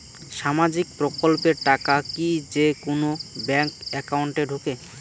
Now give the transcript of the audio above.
সামাজিক প্রকল্পের টাকা কি যে কুনো ব্যাংক একাউন্টে ঢুকে?